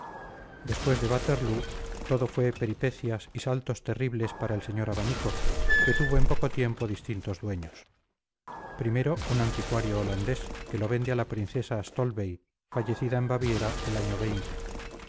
después de waterloo todo fue peripecias y saltos terribles para el señor abanico que tuvo en poco tiempo distintos dueños primero un anticuario holandés que lo vende a la princesa stolbey fallecida en baviera el año